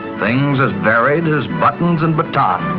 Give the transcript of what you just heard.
things as varied as buttons and batons.